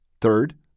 Third